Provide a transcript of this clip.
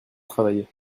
travailler